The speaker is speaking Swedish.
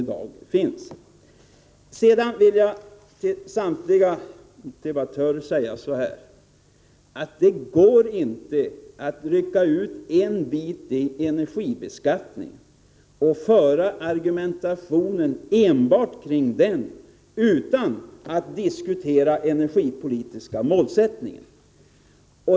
Sedan vill jag till samtliga debattörer säga så här: Det går inte att rycka ut en viss energibeskattning och föra argumentationen enbart kring den utan att diskutera energipolitiska målsättningar.